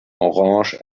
orange